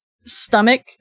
stomach